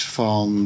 van